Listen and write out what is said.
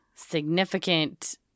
significant